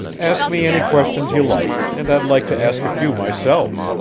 ask me any questions you like, and i'd like to ask a few myself.